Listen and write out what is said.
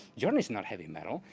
journey is not heavy metal.